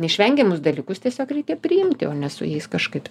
neišvengiamus dalykus tiesiog reikia priimti o ne su jais kažkaip